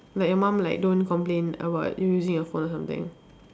like your mum like don't complain about you using your phone or something